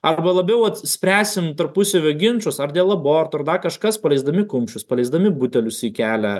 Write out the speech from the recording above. arba labiau vat spręsim tarpusavio ginčus ar dėl abortų ar dar kažkas paleisdami kumščius paleisdami butelius į kelią